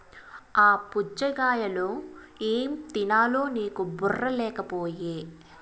ఆ పుచ్ఛగాయలో ఏం తినాలో నీకు బుర్ర లేకపోయె